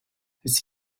his